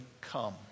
come